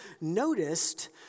noticed